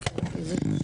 זה פשוט